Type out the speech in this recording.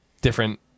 different